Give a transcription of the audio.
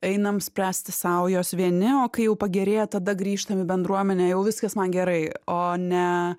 einam spręsti sau jos vieni o kai jau pagerėja tada grįžtam į bendruomenę jau viskas man gerai o ne